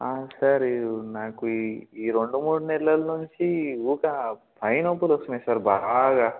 sir ఇ నాకు ఈ ఈ రెండు మూడు నెలల నుంచి ఊరికే కాళ్ళ నెప్పులు వస్తున్నాయి సార్ బాగా